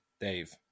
Dave